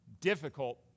difficult